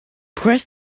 press